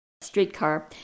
streetcar